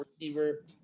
receiver